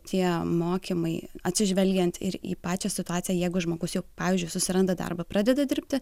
tie mokymai atsižvelgiant ir į pačią situaciją jeigu žmogus jau pavyzdžiui susiranda darbą pradeda dirbti